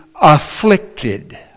afflicted